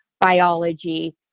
biology